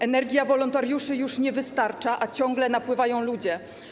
Energia wolontariuszy już nie wystarcza, a ciągle napływają ludzie.